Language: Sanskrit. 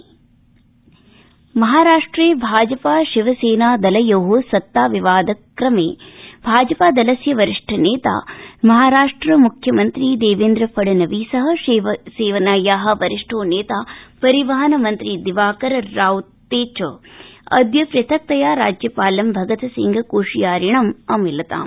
महाराष्ट्रम्राजनीति महाराष्ट्रे भाजपा शिवसेना दलयोः सत्ताविवाद क्रमे भाजपा दलस्य वरिष्ठनेता महाराष्ट्र मुख्यमन्त्री देवेन्द्र फडणवीस शिवसेनाया वरिष्ठो नेता परिवहन मन्त्री दिवाकर राओते च अदय पृथक्तया राज्यपालं भगत सिंह कोश्यारिणम् अमिलताम्